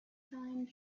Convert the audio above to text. time